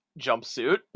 jumpsuit